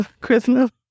Christmas